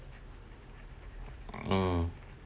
mm